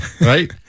right